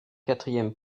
quatrième